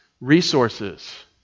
resources